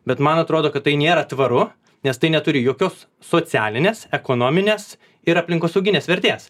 bet man atrodo kad tai nėra tvaru nes tai neturi jokios socialinės ekonominės ir aplinkosauginės vertės